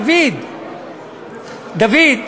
דוד, דוד,